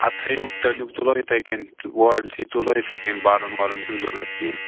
ادٕ چھِ یِم تٕلِم تُلو یِتھَے کَنۍ وٲلۍتھٕے تُلو یِتھَے کَنۍ بَرُن وَرُن چھُ نہٕ ضوٚرتھ کیٚنٛہہ